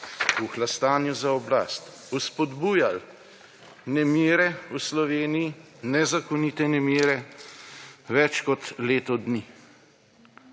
v hlastanju za oblast spodbujali nemire v Sloveniji, nezakonite nemire več kot leto dni.